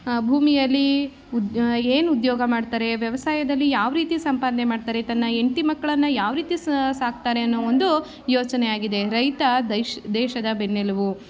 ಭೂಮಿಯಲ್ಲಿ ಉದ ಏನು ಉದ್ಯೋಗ ಮಾಡ್ತಾರೆ ವ್ಯವಸಾಯದಲ್ಲಿ ಯಾವ ರೀತಿ ಸಂಪಾದನೆ ಮಾಡ್ತಾರೆ ತನ್ನ ಹೆಂಡ್ತಿ ಮಕ್ಕಳನ್ನು ಯಾವ ರೀತಿ ಸಾಕ್ತಾರೆ ಅನ್ನೋ ಒಂದು ಯೋಚನೆಯಾಗಿದೆ ರೈತ ದೇಶ ದೇಶದ ಬೆನ್ನೆಲುಬು